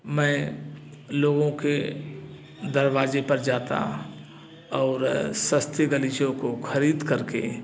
मैं लोगों के दरवाजे पर जाता और सस्ती गलीचों को खरीद करके